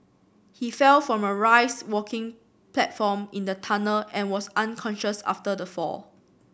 he fell from a raised working platform in the tunnel and was unconscious after the fall